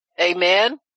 Amen